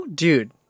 dude